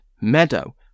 meadow